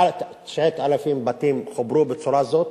כ-9,000 בתים חוברו בצורה זאת,